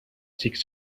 six